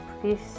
please